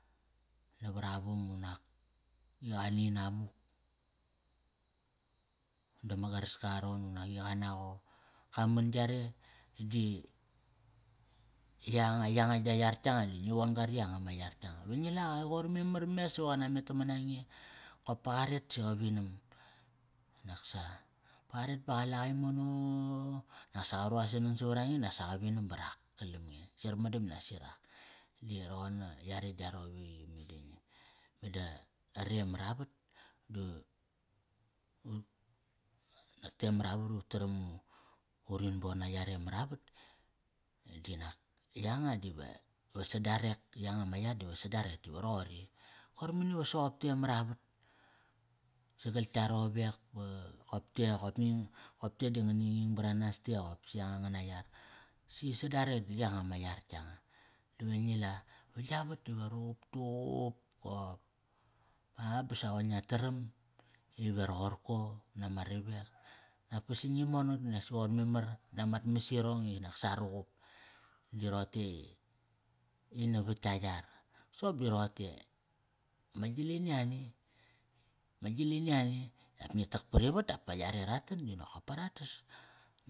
Navara vam unak, i qa ni namuk. Dama garask aron unak i qa naqo. Ka man yare di yamga i yanga gia yar yanga di ngi von ga ri yanga ma yar yanga Ve ngi la qa qoir memar mes iva qa na met taman a nge. Kop pa qaret si qa vinam. Nak sa, pa qaret pa qalaqa imono nasa qa ru a sanang savara nge nasa qa vinam ba rak kalam nge Sarmadam i nasi rak. Di roqon na yare gia rowek i meda ngi, meda re mara vat, da te mara vat ut taram urin bona yare maravat di nak yanga di ve, ve sa darek. Yanga ma yar diva sa darek. E diva roqori koir mani va soqop te mara vat Sagal tka rowek ba qop te qop nging. Qop te di ngani nging baranes te qop si yanga ngana yar. Si sa darek di yanga ma yar yanga Dive ngi la, ve gia vat tiva ruqup tuqup kop pa ba sa qoi ngia taram ive roqorko nama ravek. Da pa si ngi monak di qoir memar namat mas irong i nak sa ruqup. Di rote i, i navat tka yar Soqop di roqote, ma gialini ani Ma gialini ani dap ngi tak pari vat dap pa yare ra tan di nokop pa ratas.